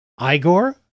Igor